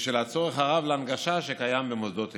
בשל הצורך הרב בהנגשה שקיים במוסדות אלה.